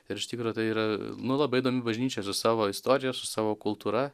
ir iš tikro tai yra nu labai įdomi bažnyčia su savo istorija su savo kultūra